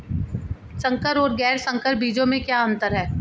संकर और गैर संकर बीजों में क्या अंतर है?